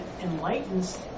enlightens